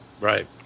Right